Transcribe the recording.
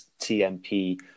TMP